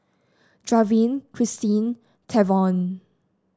Draven Christeen Tavon